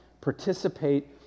participate